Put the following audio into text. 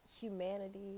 humanity